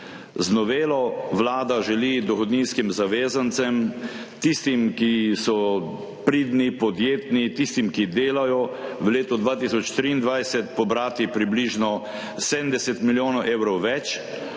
Z novelo Vlada želi dohodninskim zavezancem, tistim ki so pridni, podjetni, tistim, ki delajo v letu 2023 pobrati približno 70 milijonov evrov več